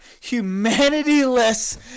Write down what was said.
humanity-less